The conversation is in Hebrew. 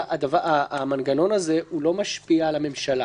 המנגנון הזה לא משפיע על הממשלה,